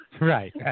right